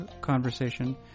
conversation